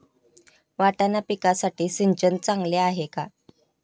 वाटाणा पिकासाठी सिंचन चांगले आहे का?